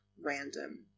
random